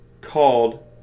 called